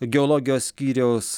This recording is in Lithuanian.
geologijos skyriaus